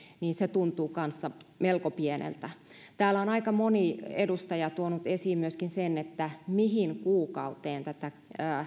tuntuu melko pieneltä täällä on aika moni edustaja tuonut esiin myöskin sen mihin kuukauteen tätä